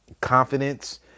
confidence